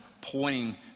pointing